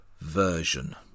version